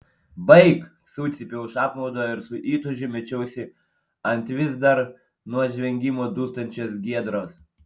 baik sucypiau iš apmaudo ir su įtūžiu mečiausi ant vis dar nuo žvengimo dūstančios giedros